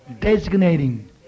Designating